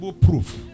Proof